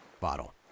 Bottle